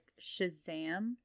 Shazam